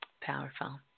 Powerful